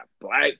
black